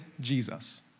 Jesus